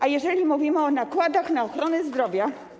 A jeżeli mówimy o nakładach na ochronę zdrowia.